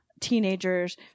teenagers